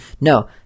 No